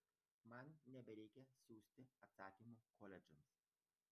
man nebereikia siųsti atsakymų koledžams